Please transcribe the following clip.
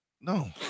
no